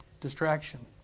Distraction